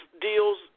deals